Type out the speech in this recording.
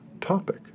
topic